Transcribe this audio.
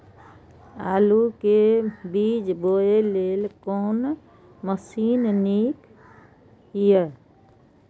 आलु के बीज बोय लेल कोन मशीन नीक ईय?